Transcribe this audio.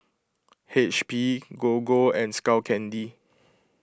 H P Gogo and Skull Candy